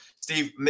Steve